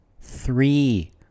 Three